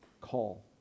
call